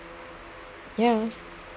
ya